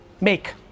Make